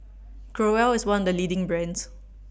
Growell IS one of The leading brands